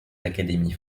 l’académie